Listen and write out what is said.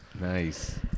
Nice